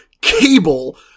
cable